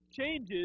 changes